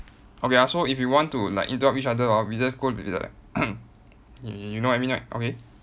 okay ah so if you want to like interrupt each other hor we just go to be like you know what I mean right okay